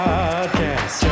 Podcast